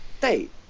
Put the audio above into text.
date